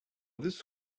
this